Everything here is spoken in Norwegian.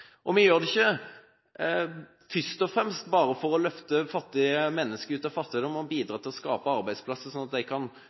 Vi gjør det ikke først og fremst bare for å løfte mennesker ut av fattigdom og